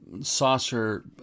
saucer